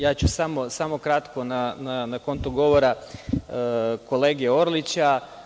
Ja ću samo kratko, na konto govora kolege Orlića.